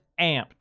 amped